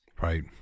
Right